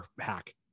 hack